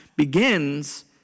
begins